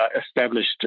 established